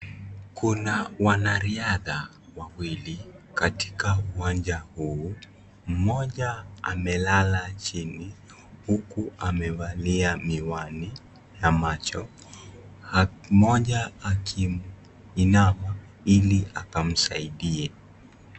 Kuna wanariadha wawili katika uwanja huu, mmoja amelala chini huku amevalia miwani na macho moja akiinama ili akamsaidie.